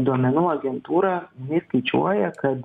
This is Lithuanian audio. duomenų agentūra jinai skaičiuoja kad